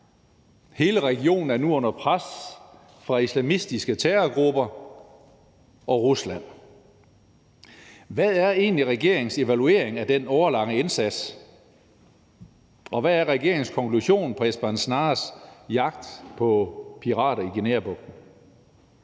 Hele regionen er nu under pres fra islamistiske terrorgrupper og Rusland. Hvad er egentlig regeringens evaluering af den årelange indsats? Og hvad er regeringens konklusion på Esbern Snares jagt på pirater i Guineabugten?